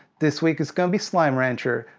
this week it's gonna be slime rancher.